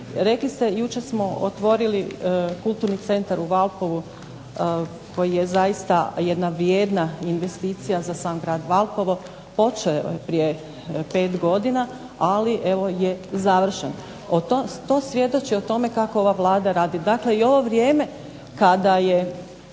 Rekli ste jučer smo otvorili Kulturni centar u Valpovu, koji je zaista jedna vrijedna investicija za sam grad Valpovo, počeo je prije 5 godina, ali je završen. To svjedoči o tome kako ova Vlada radi. Dakle, to vrijeme kada je